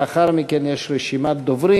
לאחר מכן יש רשימת דוברים.